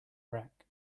rack